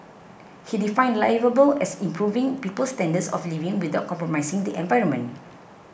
he defined liveable as improving people's standards of living without compromising the environment